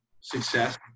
success